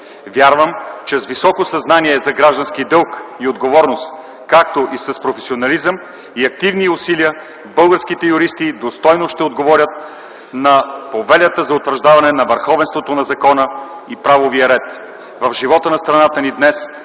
Вярвам, че с високо съзнание за граждански дълг и отговорност, както и с професионализъм и активни усилия, българските юристи достойно ще отговорят на повелята за утвърждаване на върховенството на закона и правовия ред в живота на страната ни днес,